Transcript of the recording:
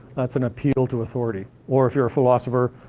that's an appeal to authority. or if you're a philosopher,